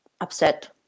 upset